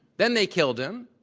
then they killed him.